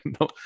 No